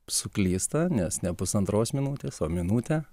suklysta nes ne pusantros minutės o minutė